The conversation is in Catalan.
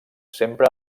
sempre